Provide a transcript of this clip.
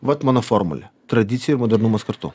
vat mano formulė tradicija ir modernumas kartu